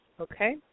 okay